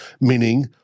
meaning